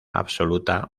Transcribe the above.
absoluta